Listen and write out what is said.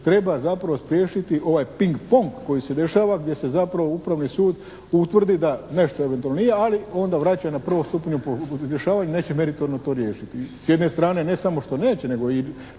treba zapravo spriječiti ovaj pink-ponk koji se dešava, gdje se zapravo upravni sud utvrdi da nešto eventualno nije, ali onda vraća na prvi stupanj rješavanje, neće meritorno to riješiti. S jedne strane ne samo što neće nego i